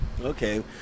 Okay